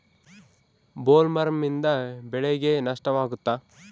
ಬೊಲ್ವರ್ಮ್ನಿಂದ ಬೆಳೆಗೆ ನಷ್ಟವಾಗುತ್ತ?